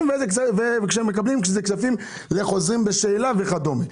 ואיזה חוות דעת מקבלים כשאלה כספים לחוזרים בשאלה וכדומה.